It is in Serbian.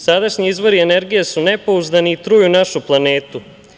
Sadašnji izvori energije su nepouzdani i truju našu planetu.